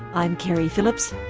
i'm keri phillips